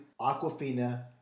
Aquafina